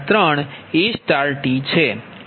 આ સમીકરણ 17 છે